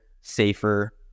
safer